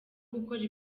gukora